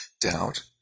Doubt